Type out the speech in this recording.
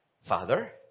Father